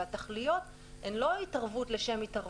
והתכליות הן לא התערבות לשם התערבות.